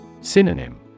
Synonym